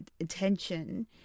attention